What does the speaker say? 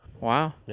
Wow